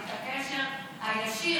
את הקשר הישיר,